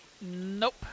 Nope